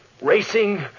Racing